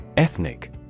Ethnic